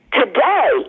today